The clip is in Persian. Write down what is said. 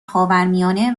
خاورمیانه